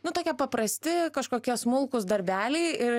nu tokie paprasti kažkokie smulkūs darbeliai ir